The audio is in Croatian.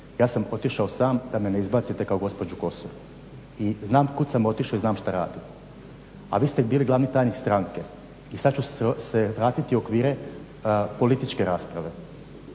Ja sam otišao sam da me ne izbacite kao gospođu Kosor. I znam kud sam otišao i znam što radim, a vi ste bili glavni tajnik stranke. I sad ću se vratiti u okvire političke rasprave.